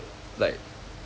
like